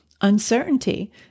uncertainty